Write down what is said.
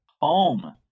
home